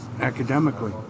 Academically